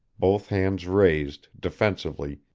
both hands raised, defensively,